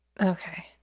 Okay